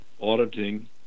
auditing